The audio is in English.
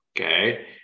Okay